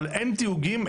אין תיוגים,